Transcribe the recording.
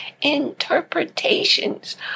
interpretations